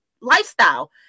lifestyle